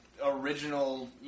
Original